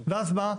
ואז מה?